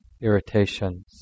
irritations